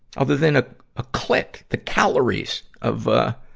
other than a ah click. the calories of, ah,